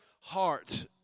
heart